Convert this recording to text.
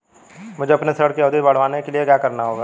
मुझे अपने ऋण की अवधि बढ़वाने के लिए क्या करना होगा?